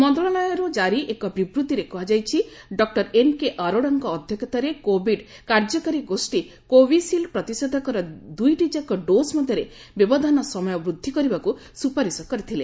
ମନ୍ତ୍ରଣାଳୟରୁ କ୍କାରି ଏକ ବିବୃତ୍ତିରେ କୁହାଯାଇଛି ଡକ୍ର ଏନ୍କେ ଅରୋଡାଙ୍କ ଅଧ୍ୟକ୍ଷତାରେ କୋବିଡ୍ କାର୍ଯ୍ୟକାରୀ ଗୋଷୀ କୋବିସିଲ୍ଡ ପ୍ରତିଷେଧକର ଦୁଇଟି ଯାକ ଡୋଜ୍ ମଧ୍ୟରେ ବ୍ୟବଧାନ ସମୟ ବୃଦ୍ଧି କରିବାକୁ ସୁପାରିଶ କରିଥିଲେ